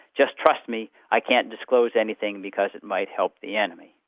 just trust me, i can't disclose anything because it might help the enemy.